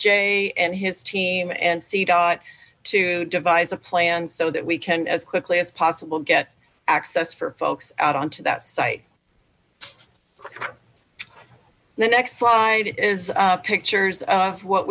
jay and his team and see dot to devise a plan so that we can as quickly as possible get access for folks out onto that site the next slide is pictures of what